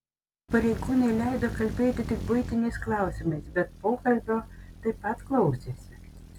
pareigūnai leido kalbėti tik buitiniais klausimais bet pokalbio taip pat klausėsi